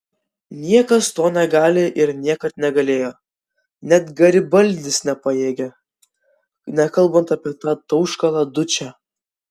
niekas to negali ir niekad negalėjo net garibaldis nepajėgė nekalbant apie tą tauškalą dučę